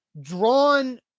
drawn